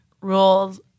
rules